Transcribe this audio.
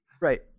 right